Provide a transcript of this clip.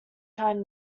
time